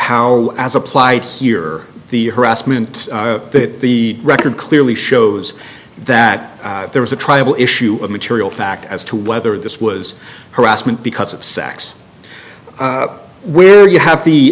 how as applied here the harassment that the record clearly shows that there was a tribal issue of material fact as to whether this was harassment because of sex where you have the